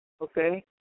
okay